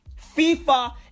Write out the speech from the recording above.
FIFA